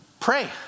Pray